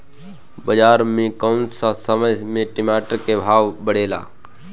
बाजार मे कौना समय मे टमाटर के भाव बढ़ेले?